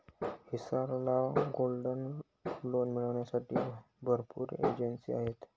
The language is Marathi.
हिसार ला गोल्ड लोन मिळविण्यासाठी भरपूर एजेंसीज आहेत